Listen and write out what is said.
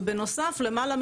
ונוסף על כך,